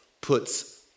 Puts